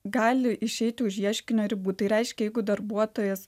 gali išeiti už ieškinio ribų tai reiškia jeigu darbuotojas